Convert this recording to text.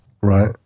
right